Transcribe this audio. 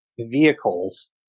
vehicles